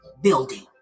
building